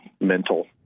mental